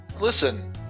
listen